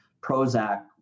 Prozac